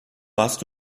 warst